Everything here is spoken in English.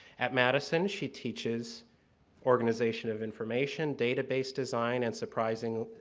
at madison, she teaches organization of information, database design, and surprising,